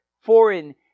foreign